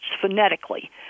phonetically